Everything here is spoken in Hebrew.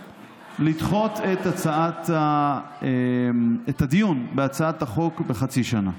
לדחות את הדיון בהצעת החוק בחצי שנה.